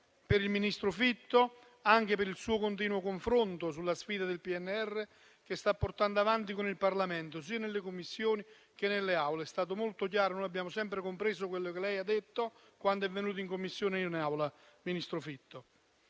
va al ministro Fitto anche per il suo continuo confronto sulla sfida del PNRR, che sta portando avanti con il Parlamento, sia nelle Commissioni sia nelle Aule. Il Ministro è stato molto chiaro ed abbiamo sempre compreso quello che ha detto quando è venuto in Commissione e in Aula. È stato detto